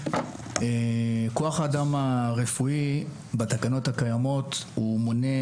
כוח האדם הרפואי בתקנות הקיימות מונה